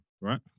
Right